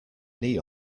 knee